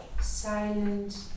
silent